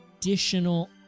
additional